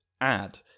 add